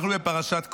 אנחנו בפרשת קרח.